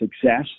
success